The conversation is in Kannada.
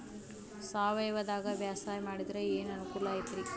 ಸಾವಯವದಾಗಾ ಬ್ಯಾಸಾಯಾ ಮಾಡಿದ್ರ ಏನ್ ಅನುಕೂಲ ಐತ್ರೇ?